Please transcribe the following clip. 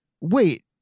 wait